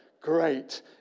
Great